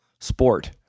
sport